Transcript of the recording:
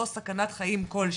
או סכנת חיים כלשהי,